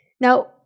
Now